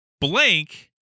Blank